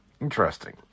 Interesting